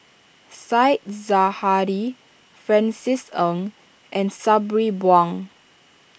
Said Zahari Francis Ng and Sabri Buang